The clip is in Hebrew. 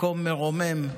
מקום מרומם,